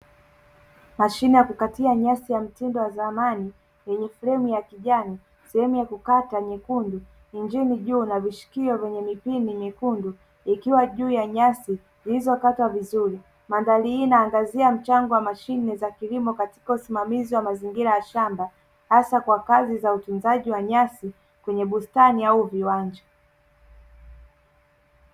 Mashine ya kukatia nyasi ya mtindo wa zamani yenye fremu ya kijani, sehemu ya kukata nyekundu, injini juu na vishikio vyenye mipini myekundu, ikiwa juu ya nyasi zilizokatwa vizuri, mandhari hii inaangazia mchango wa mashine za kilimo katika usimamizi wa mazingira ya shamba hasa kwa kazi za ukataji wa nyasi kwenye bustani au viwanja.